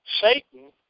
Satan